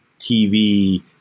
TV